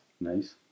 Nice